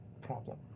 problem